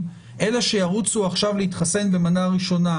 שאלה שירוצו עכשיו להתחסן במנה הראשונה,